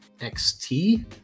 XT